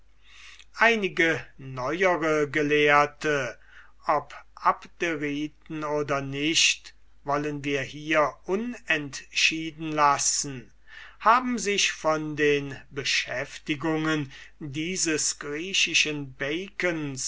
einige neuere gelehrte ob abderiten oder nicht wollen wir hier unentschieden lassen haben sich von den beschäftigungen dieses griechischen bacons